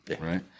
right